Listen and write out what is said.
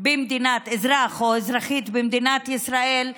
אזרחים ואזרחיות במדינת ישראל,